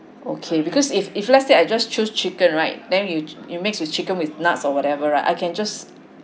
okay because if if let's say I just choose chicken right then you you mix with chicken with nuts or whatever right I can just